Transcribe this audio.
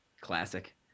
classic